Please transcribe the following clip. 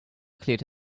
cleared